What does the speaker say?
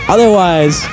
Otherwise